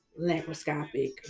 laparoscopic